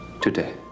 today